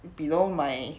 below my